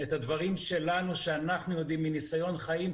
את הדברים שלנו שאנחנו יודעים מניסיון חיים,